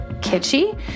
kitschy